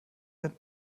sind